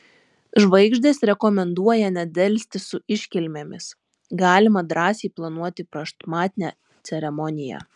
žvaigždės rekomenduoja nedelsti su iškilmėmis galima drąsiai planuoti prašmatnią ceremoniją